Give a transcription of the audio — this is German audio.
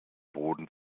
boden